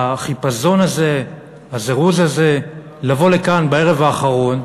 החיפזון הזה, הזירוז, לבוא לכאן בערב האחרון,